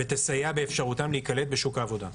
-- ותסייע באפשרותם להיקלט בשוק העבודה.